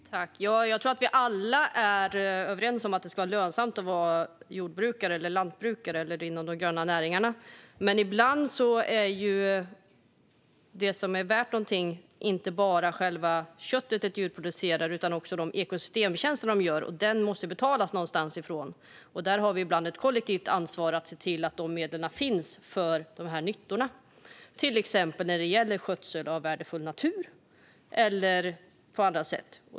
Herr talman! Jag tror att vi alla är överens om att det ska vara lönsamt att vara lantbrukare inom de gröna näringarna. Ibland är det som är värt något inte bara själva köttet ett djur producerar utan också de ekosystemtjänster djuret utför. Någonstans måste de betalas. Där har vi ett kollektivt ansvar att se till att medlen finns för nyttorna, till exempel när det gäller skötsel av värdefull natur eller på andra sätt.